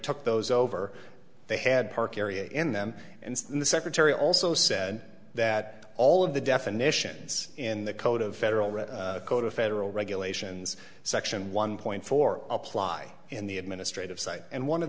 took those over they had park area in them and the secretary also said that all of the definitions in the code of federal red code of federal regulations section one point four apply in the administrative side and one of